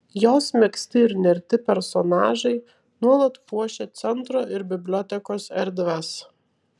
jos megzti ir nerti personažai nuolat puošia centro ir bibliotekos erdves